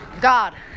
God